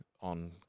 on